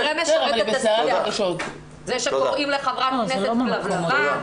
זה שקוראים לחברת כנסת כלבלבה.